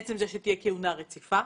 בעצם זה שתהיה כהונה רצופה,